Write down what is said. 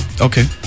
Okay